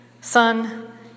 son